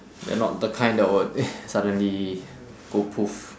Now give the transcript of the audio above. they're not the kind that would suddenly go poof